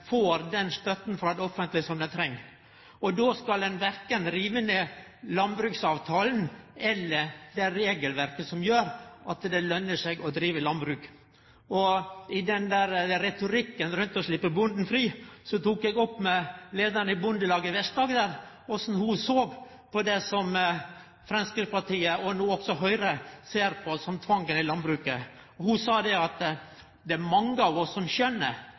får den støtta frå det offentlege som dei treng. Då skal ein ikkje rive ned korkje landbruksavtalen eller det regelverket som gjer at det løner seg å drive landbruk. I retorikken rundt dette å sleppe bonden fri tok eg opp med leiaren i bondelaget i Vest-Agder korleis ho såg på det som Framstegspartiet, og no også Høgre, ser på som tvangen i landbruket. Ho sa at det er mange av oss som